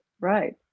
right